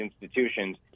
institutions